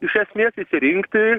iš esmės išsirinkti